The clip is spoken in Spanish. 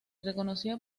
reconocía